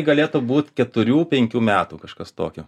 galėtų būt keturių penkių metų kažkas tokio